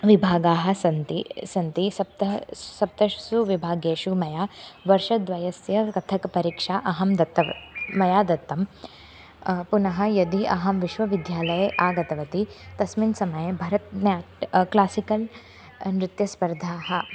विभागाः सन्ति सन्ति सप्तः स्स् सप्तसु विभागेषु मया वर्षद्वयस्य कथक् परीक्षा अहं दत्तं मया दत्तं पुनः यदि अहं विश्वविद्यालये आगतवती तस्मिन् समये भरतनाट्यं क्लासिकल् नृत्यस्पर्धाः